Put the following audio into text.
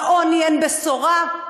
בעוני אין בשורה,